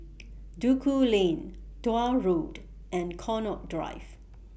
Duku Lane Tuah Road and Connaught Drive